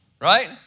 right